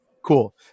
Cool